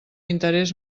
interés